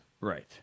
Right